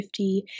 50